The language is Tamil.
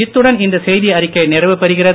இத்துடன் இந்த செய்தி அறிக்கை நிறைவு பெறுகிறது